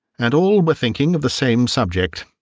and all were thinking of the same subject.